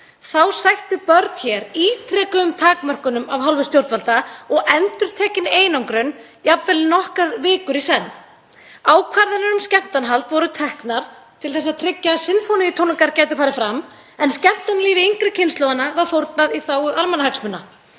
Þá sættu börn hér ítrekuðum takmörkunum af hálfu stjórnvalda og endurtekinni einangrun, jafnvel nokkrar vikur í senn. Ákvarðanir um skemmtanahald voru teknar til að tryggja að sinfóníutónleikar gætu farið fram en skemmtanalífi yngri kynslóðanna var fórnað í þágu almannahagsmuna